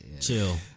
Chill